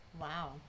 Wow